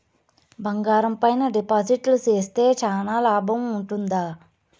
బంగారం పైన డిపాజిట్లు సేస్తే చానా లాభం ఉంటుందా?